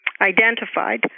identified